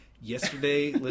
yesterday